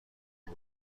برد